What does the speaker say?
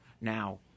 Now